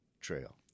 trail